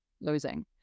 losing